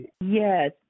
Yes